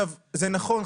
זה נכון,